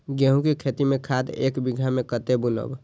गेंहू के खेती में खाद ऐक बीघा में कते बुनब?